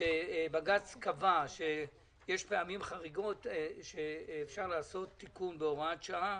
שבג"ץ קבע שיש פעמים חריגות שאפשר לעשות תיקון בהוראת שעה